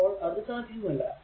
അപ്പോൾ അത് സാധ്യമല്ല